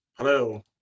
Hello